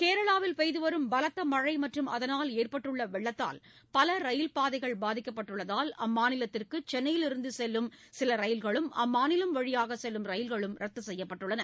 கேரளாவில் பெய்து வரும் பலத்த மழை மற்றும் அதனால் ஏற்பட்டுள்ள வெள்ளத்தால் பல ரயில் பாதைகள் பாதிக்கப்பட்டுள்ளதால் அம்மாநிலத்திற்கு சென்னையிலிருந்து செல்லும் சில ரயில்களும் அம்மாநிலம் வழியாக செல்லும் ரயில்களும் ரத்து செய்யப்பட்டுள்ளன